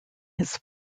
his